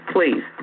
Please